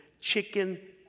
chicken